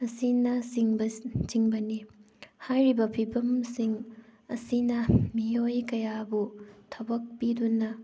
ꯑꯁꯤꯅꯆꯤꯡꯕ ꯆꯤꯡꯕꯅꯤ ꯍꯥꯏꯔꯤꯕ ꯐꯤꯕꯝꯁꯤꯡ ꯑꯁꯤꯅ ꯃꯤꯑꯣꯏ ꯀꯌꯥꯕꯨ ꯊꯕꯛ ꯄꯤꯗꯨꯅ